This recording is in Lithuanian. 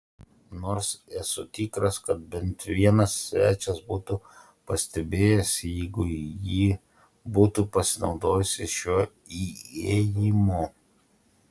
nors esu tikras kad bent vienas svečias būtų pastebėjęs jeigu ji būtų pasinaudojusi šiuo įėjimu